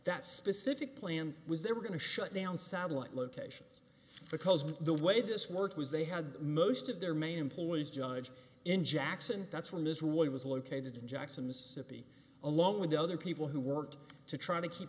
that specific plan was they were going to shut down satellite locations because of the way this worked was they had most of their main employees judge in jackson that's where his really was located in jackson mississippi along with other people who worked to try to keep